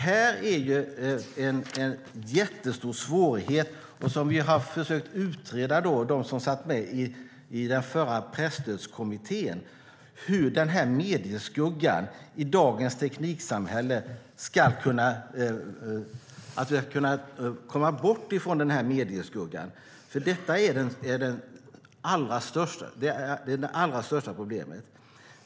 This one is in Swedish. Här är en jättestor svårighet. De som satt med i förra Presstödskommittén har försökt utreda hur vi i dagens tekniksamhälle ska komma bort från denna medieskugga, för den är det allra största problemet.